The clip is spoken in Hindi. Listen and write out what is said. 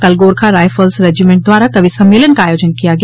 कल गोरखा रायफल्स रेजीमेंट द्वारा कवि सम्मेलन का आयोजन किया गया